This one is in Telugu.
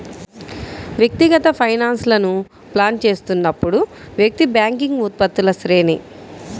వ్యక్తిగత ఫైనాన్స్లను ప్లాన్ చేస్తున్నప్పుడు, వ్యక్తి బ్యాంకింగ్ ఉత్పత్తుల శ్రేణి